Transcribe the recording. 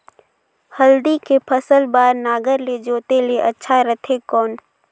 हल्दी के फसल बार नागर ले जोते ले अच्छा रथे कौन?